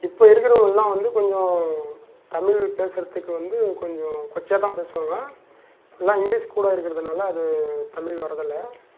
இப்போ இருக்கிறவங்கள்லாம் வந்து கொஞ்சம் தமிழ் பேசுகிறதுக்கு வந்து கொஞ்சம் கொச்சையாக தான் பேசுவாங்க எல்லா இங்கிலீஷ் கூட இருக்கிறதுனால அது தமிழ் வரதில்ல